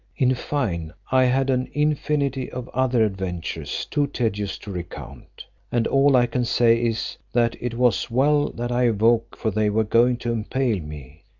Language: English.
in fine, i had an infinity of other adventures, too tedious to recount and all i can say is, that it was well that i awoke, for they were going to impale me!